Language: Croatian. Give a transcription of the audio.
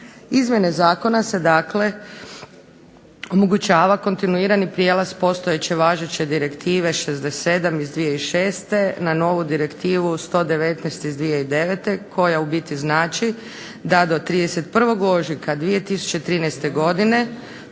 Izmjenama zakona se dakle omogućava kontinuirani prijelaz postojeće važeće direktive 67 iz 2006. na novu Direktivu 119 iz 2009. koja u biti znači da do 31. ožujka 2013. godine